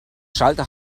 schalter